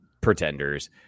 pretenders